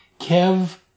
Kev